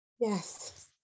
Yes